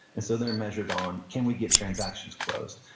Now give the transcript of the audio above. and so they're measured on can we get transactions closed?